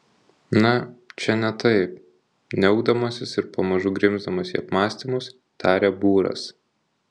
na čia ne taip niaukdamasis ir pamažu grimzdamas į apmąstymus tarė būras